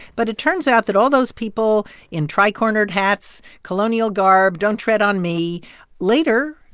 but it turns out that all those people in tricornered hats, colonial garb, don't tread on me later,